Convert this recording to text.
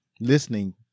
listening